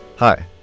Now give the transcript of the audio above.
Hi